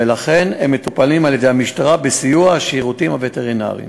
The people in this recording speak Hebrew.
ולכן הם מטופלים על-ידי המשטרה בסיוע השירותים הווטרינריים.